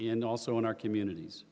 in also in our communities